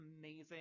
amazing